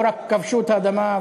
לא רק כבשו את האדמה,